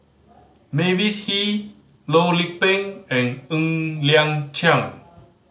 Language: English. Mavis Hee Loh Lik Peng and Ng Liang Chiang